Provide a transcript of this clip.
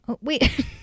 Wait